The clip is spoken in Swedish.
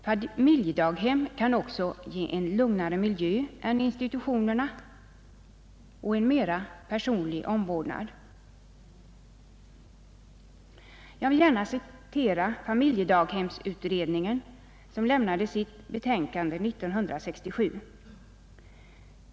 Familjedaghem kan också ge en lugnare miljö än institutionerna och en mer personlig omvårdnad. Jag vill gärna citera familjedaghemsutredningen, som lämnade sitt betänkande 1967.